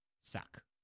Suck